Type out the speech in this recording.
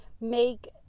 make